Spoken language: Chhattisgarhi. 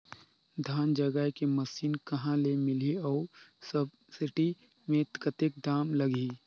धान जगाय के मशीन कहा ले मिलही अउ सब्सिडी मे कतेक दाम लगही?